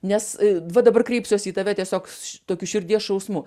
nes va dabar kreipsiuos į tave tiesiog s tokiu širdies šausmu